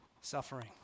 suffering